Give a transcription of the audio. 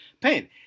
pain